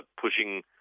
pushing